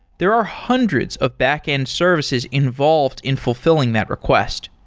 there are hundreds of back-end services involved in fulfilling that request.